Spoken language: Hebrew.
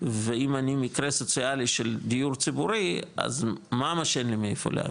ואם אני מקרה סוציאלי של דיור ציבורי אז ממש אין לי מאיפה להביא,